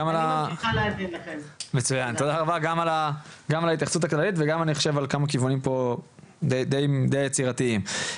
גם על ההתייחסות וגם על כמה כיוונים די יצירתיים.